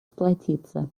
сплотиться